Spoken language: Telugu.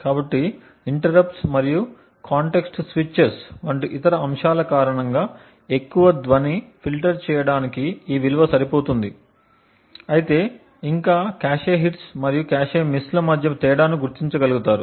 కాబట్టి ఇంటరప్ట్స్ మరియు కాంటెక్స్ట్ స్విచెస్ వంటి ఇతర అంశాల కారణంగా ఎక్కువ ధ్వని ఫిల్టర్ చేయడానికి ఈ విలువ సరిపోతుంది అయితే ఇంకా కాష్ హిట్స్ మరియు కాష్ మిస్ల మధ్య తేడాను గుర్తించగలుగుతారు